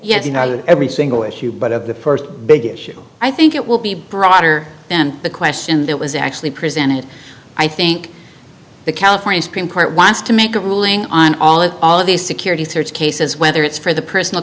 that every single issue but of the first big issue i think it will be broader than the question that was actually presented i think the california supreme court wants to make a ruling on all of all of these security search cases whether it's for the personal